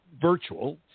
virtual